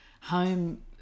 home